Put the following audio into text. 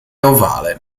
ovale